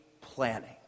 planning